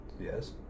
Yes